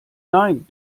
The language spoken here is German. nein